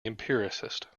empiricist